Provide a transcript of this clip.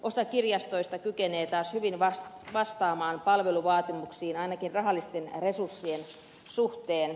osa kirjastoista kykenee taas hyvin vastaamaan palvelu vaatimuksiin ainakin rahallisten resurssien suhteen